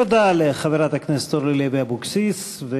תודה לחברת הכנסת אורלי לוי אבקסיס.